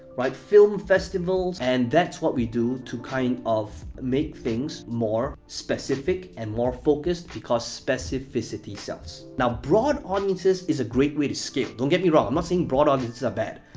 right, film festivals, and that's what we do to kind of make things more specific and more focused because specificity sells. now, broad audiences is a great way to scale. don't get me wrong, i'm not saying broad audiences are bad.